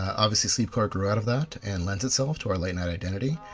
obviously, sleepcore grew out of that and lends itself to our late-night identity.